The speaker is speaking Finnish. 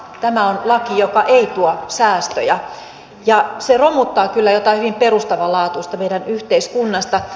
tämä on laki joka ei tuo säästöjä mutta se romuttaa kyllä jotain hyvin perustavanlaatuista meidän yhteiskunnastamme